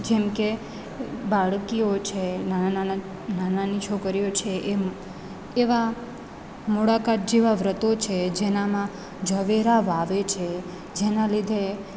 જેમકે બાળકીઓ છે નાના નાના નાની નાની છોકરીઓ છે એમ એવા મોળાકત જેવા વ્રતો છે જેનામાં જવેરા વાવે છે જેના લીધે